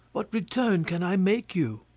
what return can i make you?